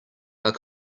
our